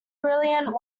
brilliant